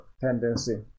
tendency